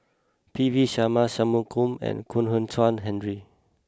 P V Sharma See Chak Mun and Kwek Hian Chuan Henry